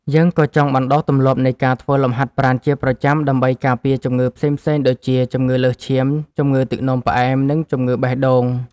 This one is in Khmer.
យើងក៏ចង់បណ្ដុះទម្លាប់នៃការធ្វើលំហាត់ប្រាណជាប្រចាំ ដើម្បីការពារជំងឺផ្សេងៗដូចជា ជំងឺលើសឈាម ជំងឺទឹកនោមផ្អែម និងជំងឺបេះដូង។